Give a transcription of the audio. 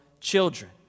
children